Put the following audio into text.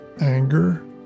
anger